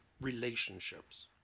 relationships